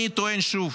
אני טוען שוב: